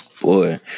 boy